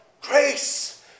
grace